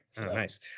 Nice